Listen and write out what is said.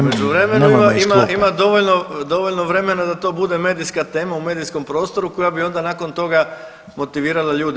U međuvremenu ima dovoljno vremena da to bude medijska tema u medijskom prostoru koja bi onda nakon toga motivirala ljude.